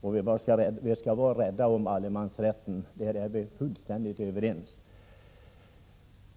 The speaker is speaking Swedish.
Men självfallet skall vi vara rädda om allemansrätten. På den punkten är statsrådet Dahl och jag fullständigt överens.